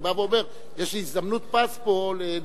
אני בא ואומר: יש לי הזדמנות פז פה להרוויח.